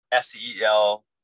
SEL